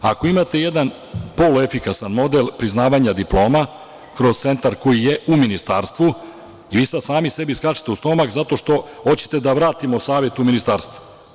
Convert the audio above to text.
Ako imate jedan poluefikasan model priznavanja diploma kroz centar koji je u Ministarstvu, vi sad sami sebi skačete u stomak zato što hoćete da vratimo savet u Ministarstvo.